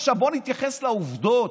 עכשיו, בוא נתייחס לעובדות.